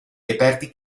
reperti